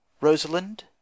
Rosalind